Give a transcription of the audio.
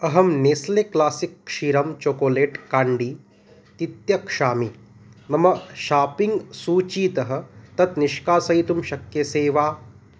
अहं Nestle classic क्षीरं chocolate candy तित्यक्ष्यामि मम शापिङ्ग् सूचीतः तत् निष्कासयितुं शक्यसे वा